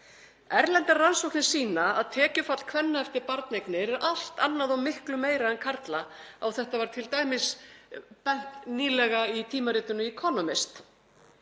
Erlendar rannsóknir sýna að tekjufall kvenna eftir barneignir er allt annað og miklu meira en karla. Á þetta var t.d. bent nýlega í tímaritinu Economist.